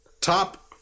top